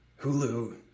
Hulu